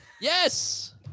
Yes